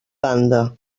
banda